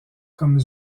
comme